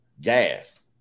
gas